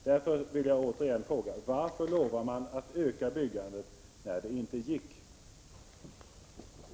Jag vill återigen fråga: Varför lovade man att öka byggandet, när det inte var möjligt att göra det?